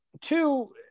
Two